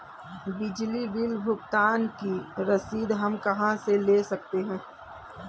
बिजली बिल भुगतान की रसीद हम कहां से ले सकते हैं?